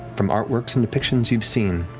from artworks and depictions you've seen,